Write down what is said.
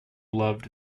loved